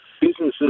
businesses